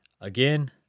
Again